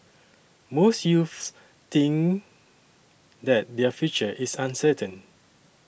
most youths think that their future is uncertain